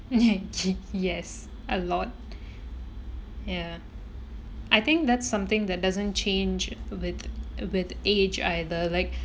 yes a lot ya I think that's something that doesn't change with with age either like